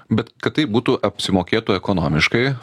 bet kad tai būtų apsimokėtų ekonomiškai